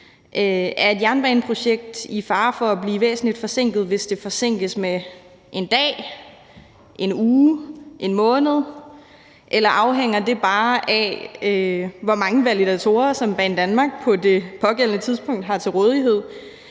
Er et jernbaneprojekt i fare for at blive væsentlig forsinket, hvis det forsinkes med en dag, en uge, en måned? Eller afhænger det bare af, hvor mange validatorer Banedanmark på det pågældende tidspunkt har til rådighed?